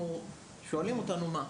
ושואלים אותנו: "מה?".